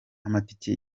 amatike